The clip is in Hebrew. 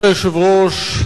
אדוני היושב-ראש,